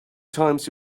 times